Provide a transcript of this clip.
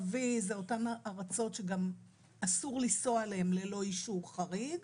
אותן ארצות שגם אסור לנסוע אליהן ללא אישור חריג.